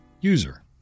user